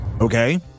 Okay